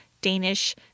Danish